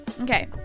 Okay